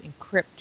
encrypt